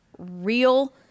real